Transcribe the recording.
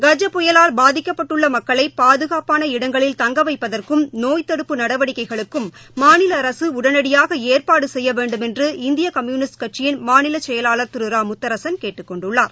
கஜ புயலால் பாதிக்கப்பட்டுள்ளமக்களைபாதுகாப்பான இடங்களில் தங்கவைப்பதற்கும் நோய்த்தடுப்பு நடவடிக்கைகளுக்கும் மாநிலஅரசுஉடனடியாகஏற்பாடுசெய்யவேண்டுமென்று இந்தியகம்யுளிஸ்ட் கட்சியின் மாநிலசெயலாளர் திரு இரா முத்தரசன் கேட்டுக் கொண்டுள்ளார்